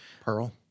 Pearl